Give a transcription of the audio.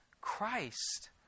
Christ